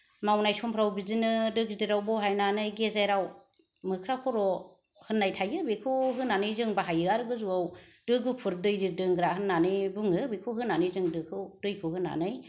मावनाय समफ्राव बिदिनो दो गिदिराव बहायनानै गेजेराव मोख्रा खर' होननाय थायो बेखौ होनानै जों बाहायो आरो गोजौआव दो गुफुर दै दोनग्रा होननानै बुङो बेखौ होनानै जों दोखौ दैखौ होनानै